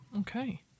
Okay